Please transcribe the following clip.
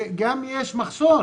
וגם יש מחסור